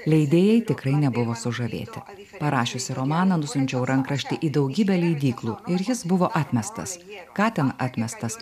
leidėjai tikrai nebuvo sužavėti parašiusi romaną nusiunčiau rankraštį į daugybę leidyklų ir jis buvo atmestas ką ten atmestas